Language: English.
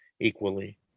equally